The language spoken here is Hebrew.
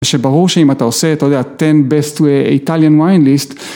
שברור שאם אתה עושה את, אתה יודע, 10 best to Italian wine list.